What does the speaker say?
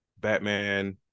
Batman